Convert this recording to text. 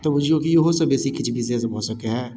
तऽ बुझियौ कि इहोसँ बेसी किछु विशेष भऽ सकै हय